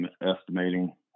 estimating